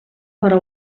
però